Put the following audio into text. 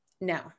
no